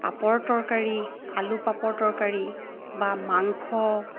পাপৰ তৰকাৰি আলু পাপৰ তৰকাৰি বা মাংস